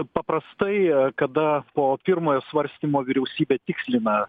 paprastai kada po pirmojo svarstymo vyriausybė tikslina